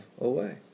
away